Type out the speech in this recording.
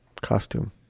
Costume